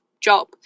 job